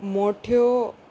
मोठ्यो